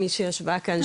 מי שישבה כאן,